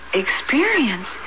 experience